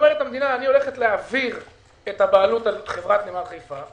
אומרת המדינה: אני הולכת להעביר את הבעלות על חברת נמל חיפה.